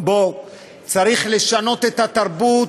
צריך לשנות את התרבות,